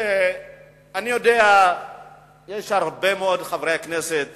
אני יודע שיש הרבה מאוד חברי כנסת